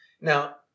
Now